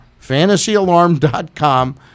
Fantasyalarm.com